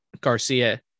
Garcia